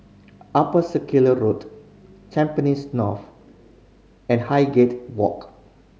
Upper Circular Road Tampines North and Highgate Walk